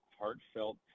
heartfelt